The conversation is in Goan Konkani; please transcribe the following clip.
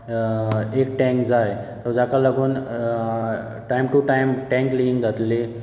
एक टँक जाय जाका लागून time to time tank clean जातली